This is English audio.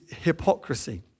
hypocrisy